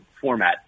format